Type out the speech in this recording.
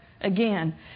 again